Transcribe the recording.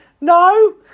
No